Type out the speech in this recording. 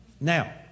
Now